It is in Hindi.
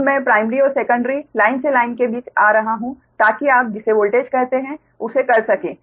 अब मैं प्राइमरी और सेकंडरी लाइन से लाइन के बीच आ रहा हूं ताकि आप जिसे वोल्टेज कहते हैं उसे कर सकें